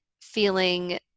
feeling